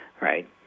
Right